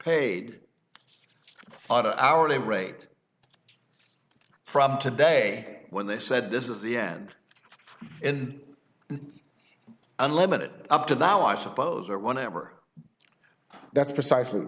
paid hourly rate from today when they said this is the end and unlimited up to now i suppose or whatever that's precisely